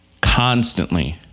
constantly